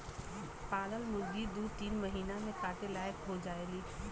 पालल मुरगी दू तीन महिना में काटे लायक हो जायेली